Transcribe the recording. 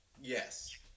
Yes